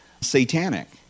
satanic